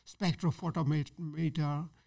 spectrophotometer